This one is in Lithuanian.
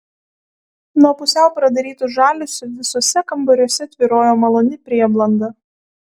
nuo pusiau pradarytų žaliuzių visuose kambariuose tvyrojo maloni prieblanda